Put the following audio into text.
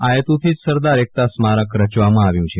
આ હેતુથી જ સરદાર એકતા સ્મારક રચવામાં આવ્યુ છે